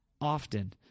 often